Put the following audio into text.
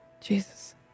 Jesus